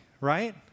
right